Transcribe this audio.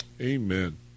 Amen